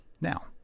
Now